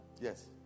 Yes